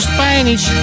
Spanish